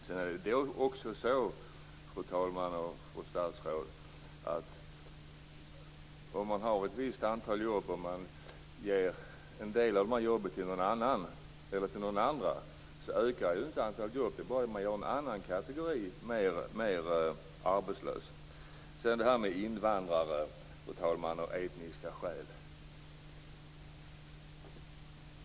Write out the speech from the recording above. Sedan är det också så, fru talman och fru statsråd, att om man har ett visst antal jobb och ger en del av dessa till några andra så ökar inte antalet jobb. Man gör bara en annan kategori mer arbetslös. Sedan till det här med invandrare och etniska skäl, fru talman.